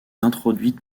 introduite